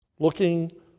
Looking